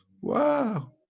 wow